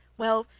well,